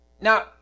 Now